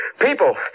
People